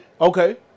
Okay